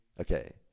Okay